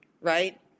right